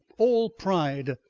all pride,